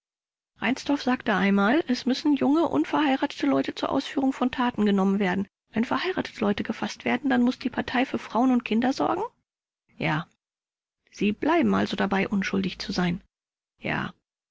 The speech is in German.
reinsdorf sagte einmal es müssen junge unverheiratete leute zur ausführung von taten genommen werden wenn verheiratete leute gefaßt werden dann muß die partei für frauen und kinder sorgen gen rupsch ja vors sie bleiben also dabei unschuldig zu sein rupsch ja